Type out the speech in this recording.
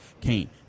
Kane